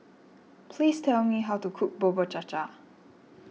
please tell me how to cook Bubur Cha Cha